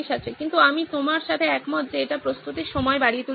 কিন্তু আমি তোমার সাথে একমত যে এটি প্রস্তুতির সময় বাড়িয়ে তুলতে পারে